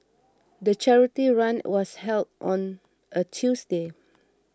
the charity run was held on a Tuesday